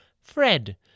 Fred-